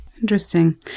Interesting